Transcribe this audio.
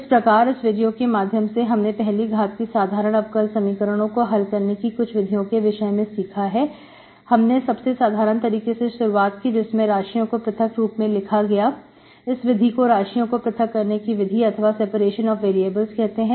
इस प्रकार इस वीडियो के माध्यम से हमने पहली घात की साधारण अवकल समीकरणों को हल करने की कुछ विधियों के विषय में सीखा है हमने सबसे साधारण तरीके से शुरुआत की जिसमें राशियों को पृथक रूप में लिखा गया इस विधि को राशियों को पृथक करने की विधि कहते हैं